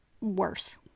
Worse